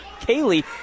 Kaylee